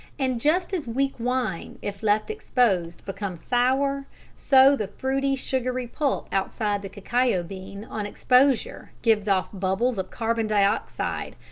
and just as weak wine if left exposed becomes sour so the fruity sugary pulp outside the cacao bean on exposure gives off bubbles of carbon dioxide,